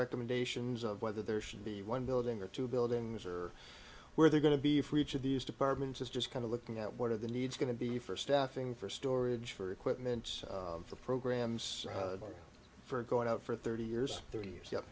recommendations of whether there should be one building or two buildings or where they're going to be free of these departments is just kind of looking at what are the needs going to be for staffing for storage for equipment for programs for going out for thirty years thirty years ye